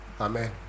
Amen